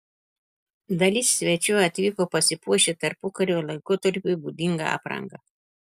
dalis svečių atvyko pasipuošę tarpukario laikotarpiui būdinga apranga